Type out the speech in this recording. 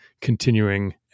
continuing